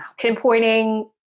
pinpointing